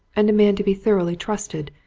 and a man to be thoroughly trusted,